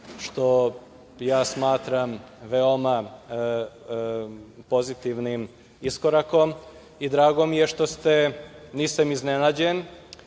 što smatram veoma pozitivnim iskorakom i drago mi je što ste, nisam iznenađen